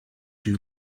you